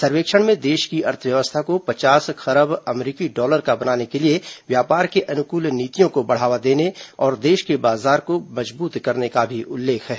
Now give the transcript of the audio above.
सर्वेक्षण में देश की अर्थव्यवस्था को पचास खरब अमरीकी डॉलर का बनाने के लिए व्यापार के अनुकूल नीतियों को बढ़ावा देने और देश के बाजार को मजबूत करने का भी उल्लेख है